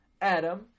Adam